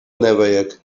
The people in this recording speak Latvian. nevajag